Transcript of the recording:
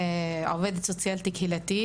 אני עובדת סוציאלית קהילתית.